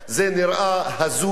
זה נראה הזוי,